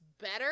better